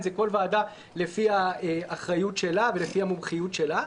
זה לכל ועדה לפי האחריות שלה ולפי המומחיות שלה.